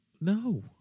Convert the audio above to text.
No